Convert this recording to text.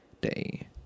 day